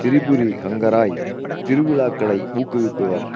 திரிபுரி ஹங்கராய் திருவிழாக்களை ஊக்குவிப்பவர்